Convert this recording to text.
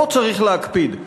פה צריך להקפיד.